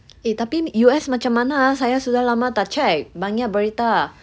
eh tapi U_S macam mana ah saya sudah lama tak check banyak berita